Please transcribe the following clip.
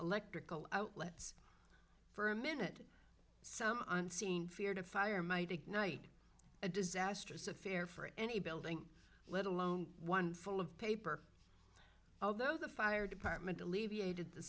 electrical outlets for a minute or so on scene feared fire might ignite a disastrous affair for any building let alone one full of paper although the fire department alleviated the